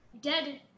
dead